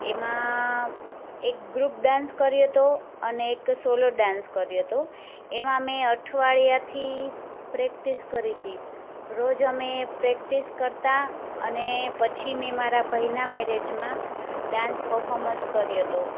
એમાં એક group dance કર્યો હતો અને એક સોલો ડાન્સ કર્યો હતો એમાં મેં અઠવાડીયાથી પ્રેક્ટિસ કરી તી રોજ અમે પ્રેક્ટિસ કરતાં અને પછી મેં મારા ભાઈના મેરેજમાં ડાન્સ પર્ફોમન્સ કર્યો હતો